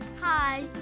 Hi